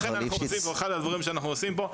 אחד הדברים שאנחנו עושים פה,